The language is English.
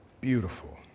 beautiful